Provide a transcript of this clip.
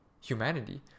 humanity